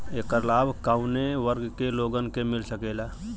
ऐकर लाभ काउने वर्ग के लोगन के मिल सकेला?